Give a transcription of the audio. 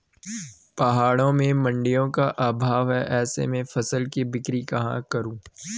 पहाड़ों में मडिंयों का अभाव है ऐसे में फसल की बिक्री कहाँ करूँ?